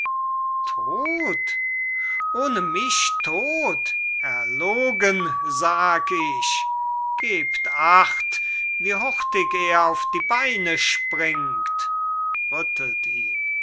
todt ohne mich todt erlogen sag ich gebt acht wie hurtig er auf die beine springt